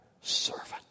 servant